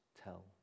tell